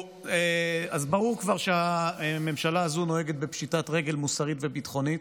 אז ברור שהממשלה הזאת נוהגת בפשיטת רגל מוסרית וביטחונית.